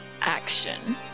action